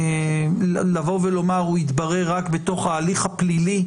לבוא ולומר: הוא יתברר רק בתוך ההליך הפלילי,